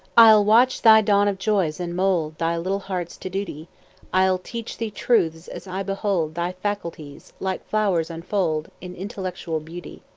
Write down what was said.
i'll watch thy dawn of joys, and mould thy little hearts to duty i'll teach thee truths as i behold thy faculties, like flowers, unfold in intellectual beauty.